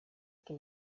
que